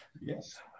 Yes